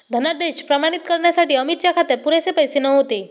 धनादेश प्रमाणित करण्यासाठी अमितच्या खात्यात पुरेसे पैसे नव्हते